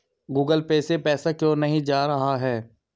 Google Pay से पैसा क्यों नहीं जा रहा है?